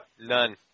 None